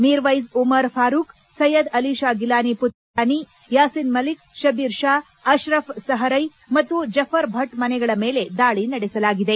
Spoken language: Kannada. ಮಿರ್ವೈಝ್ ಉಮರ್ ಫಾರೂಕ್ ಸ್ನೆಯದ್ ಅಲಿ ಷಾ ಗಿಲಾನಿ ಪುತ್ರ ನೈಯಿಮ್ ಗಿಲಾನಿ ಯಾಸಿನ್ ಮಲ್ಲಿಕ್ ಶಬೀರ್ ಷಾ ಅಕ್ರಫ್ ಸಹರ್ನೆ ಮತ್ತು ಜಫರ್ ಭಟ್ ಮನೆಗಳ ಮೇಲೆ ದಾಳಿ ನಡೆಸಲಾಗಿದೆ